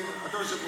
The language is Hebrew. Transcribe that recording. אתה היושב-ראש.